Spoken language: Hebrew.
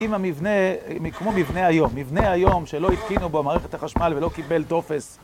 אם המבנה, כמו מבנה היום, מבנה היום שלא התקינו בו מערכת החשמל ולא קיבלת טופס